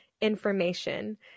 information